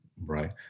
right